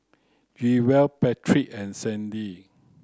Jewell Patrick and Sandy